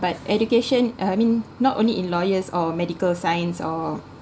but education I mean not only in lawyers or medical science or